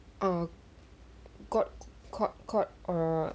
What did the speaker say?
oh got caught caught or